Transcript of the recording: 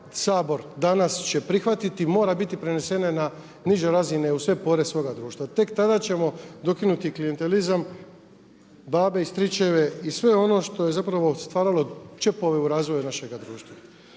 Sabor će danas prihvatiti mora biti prenesene na niže razine u sve pore svoga društva. Tek tada ćemo dokinuti klijentelizam babe i stričeve i sve ono što je stvaralo čepove u razvoju našega društva.